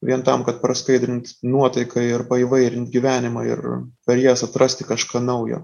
vien tam kad praskaidrint nuotaiką ir paįvairint gyvenimą ir per jas atrasti kažką naujo